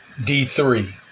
D3